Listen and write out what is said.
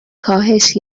کاهش